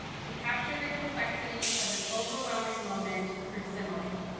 to capture the complexity of an overwhelming moment through simile.